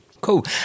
Cool